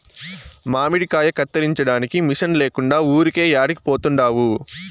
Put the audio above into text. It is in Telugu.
మామిడికాయ కత్తిరించడానికి మిషన్ లేకుండా ఊరికే యాడికి పోతండావు